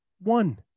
One